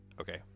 Okay